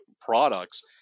products